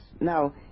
now